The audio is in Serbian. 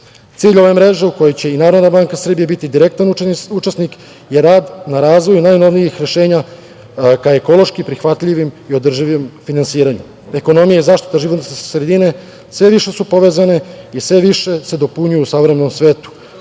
ove mreže u kojoj će i NBS biti direktan učesnik je rad na razvoju najnovijih rešenja ka ekološki prihvatljivom i održivom finansiranju. Ekonomije i zaštita životne sredine sve više su povezane i sve više se dopunjuju u savremenom svetu.